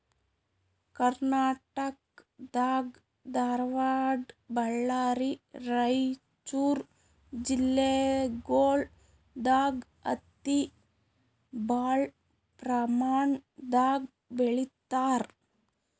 ಕರ್ನಾಟಕ್ ದಾಗ್ ಧಾರವಾಡ್ ಬಳ್ಳಾರಿ ರೈಚೂರ್ ಜಿಲ್ಲೆಗೊಳ್ ದಾಗ್ ಹತ್ತಿ ಭಾಳ್ ಪ್ರಮಾಣ್ ದಾಗ್ ಬೆಳೀತಾರ್